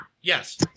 Yes